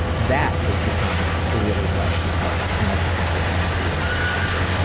that is the time to really love your partner. unless of course they're fantasy is that they want to go